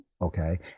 Okay